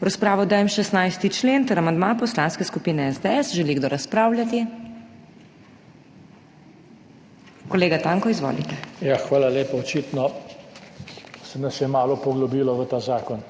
V razpravo dajem 16. člen ter amandma Poslanske skupine SDS. Želi kdo razpravljati? (Da.) Kolega Tanko, izvolite. **JOŽE TANKO (PS SDS):** Hvala lepa. Očitno se nas je malo poglobilo v ta zakon.